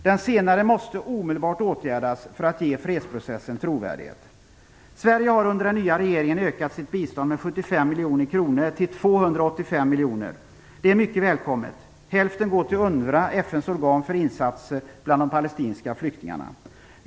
Den senare måste omedelbart åtgärdas för att ge fredsprocessen trovärdighet. Sverige har under den nya regeringen ökat sitt bistånd med 75 miljoner kronor till 285 miljoner. Det är mycket välkommet. Hälften går till UNRWA, FN:s organ för insatser bland de palestinska flyktingarna.